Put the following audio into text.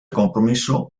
compromiso